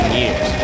years